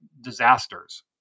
disasters